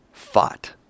fought